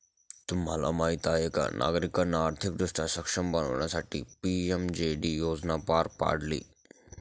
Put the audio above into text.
तुम्हाला माहीत आहे का नागरिकांना आर्थिकदृष्ट्या सक्षम बनवण्यासाठी पी.एम.जे.डी योजना पार पाडली